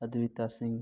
ᱚᱫᱵᱤᱛᱟ ᱥᱤᱝ